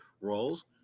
roles